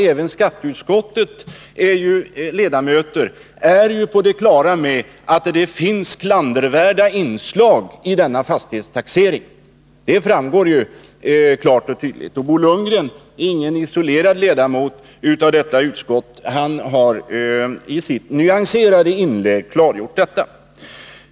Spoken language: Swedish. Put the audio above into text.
Även skatteutskottets ledamöter är ju på det klara med att det finns klandervärda inslag i denna fastighetstaxering — det framgår klart och tydligt. Och Bo Lundgren är ingen isolerad ledamot av utskottet. Han har i sitt nyanserade inlägg klargjort detta.